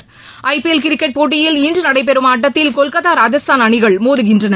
இணையில் பிள்ளையில் போட்டியில் இன்றுநடைபெறும் ஆட்டத்தில் கொல்கத்தா ராஜஸ்தான் அணிகள் மோதுகின்றன